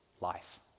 life